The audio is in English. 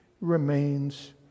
remains